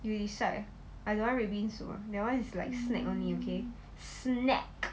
you decide I don't want red bean soup ah that one is like snack only okay snack